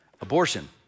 Abortion